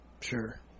Sure